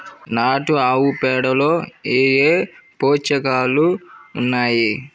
నాటు ఆవుపేడలో ఏ ఏ పోషకాలు ఉన్నాయి?